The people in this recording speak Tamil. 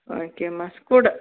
ஒகேம்மா கொடு